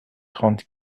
trente